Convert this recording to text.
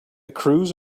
cruise